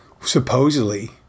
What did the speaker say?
supposedly